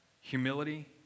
Humility